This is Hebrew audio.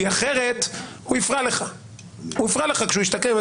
כי אחרת, הוא יפרע לך כשהוא ישתקם.